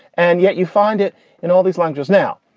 and yet you find it in all these lines just now.